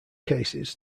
cases